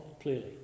clearly